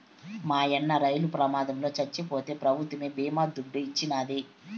మాయన్న రైలు ప్రమాదంల చచ్చిపోతే పెభుత్వమే బీమా దుడ్డు ఇచ్చినాది